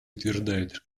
утверждают